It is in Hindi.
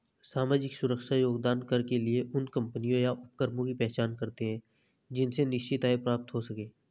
सामाजिक सुरक्षा योगदान कर के लिए उन कम्पनियों या उपक्रमों की पहचान करते हैं जिनसे निश्चित आय प्राप्त हो सके